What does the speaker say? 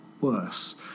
worse